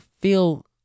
feel